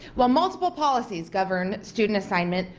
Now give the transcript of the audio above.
while multiple policies govern student assignment,